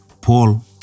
Paul